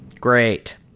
great